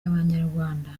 abanyarwanda